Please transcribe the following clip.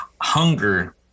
hunger